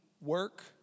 work